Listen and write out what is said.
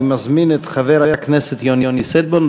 אני מזמין את חבר הכנסת יוני שטבון.